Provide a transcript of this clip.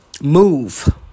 Move